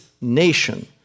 nation